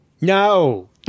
No